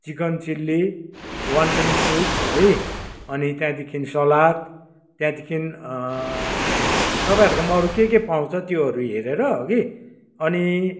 chicken chilli mutton soup है अनि त्यहाँदेखि सलाद त्यहाँदेखि तपाईँहरूकोमा अरू के के पाउँछ त्योहरू हेरेर हगि अनि